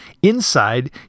Inside